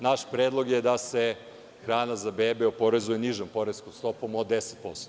Naš predlog je da se hrana za bebe oporezuje nižom poreskom stopom od 10%